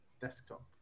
desktop